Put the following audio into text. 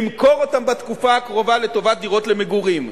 למכור אותן בתקופה הקרובה לטובת דירות למגורים.